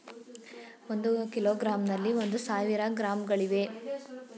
ಒಂದು ಕಿಲೋಗ್ರಾಂನಲ್ಲಿ ಒಂದು ಸಾವಿರ ಗ್ರಾಂಗಳಿವೆ